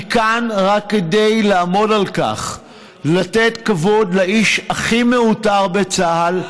אני כאן רק כדי לעמוד על כך שיש לתת כבוד לאיש הכי מעוטר בצה"ל,